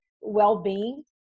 well-being